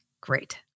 great